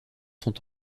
sont